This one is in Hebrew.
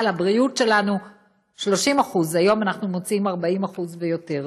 הבריאות שלנו 30%. היום אנחנו מוציאים 40% ויותר.